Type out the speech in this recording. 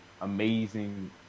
amazing –